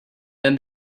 then